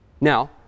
Now